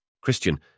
Christian